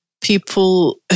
people